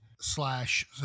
slash